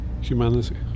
Humanity